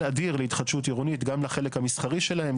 אדיר להתחדשות עירונית גם לחלק המסחרי שלהם,